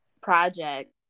project